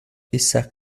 isaac